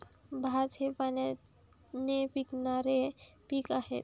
भात हे पाण्याने पिकणारे पीक आहे